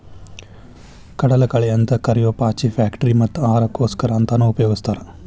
ಕಡಲಕಳೆ ಅಂತ ಕರಿಯೋ ಪಾಚಿ ಫ್ಯಾಕ್ಟರಿ ಮತ್ತ ಆಹಾರಕ್ಕೋಸ್ಕರ ಅಂತಾನೂ ಉಪಯೊಗಸ್ತಾರ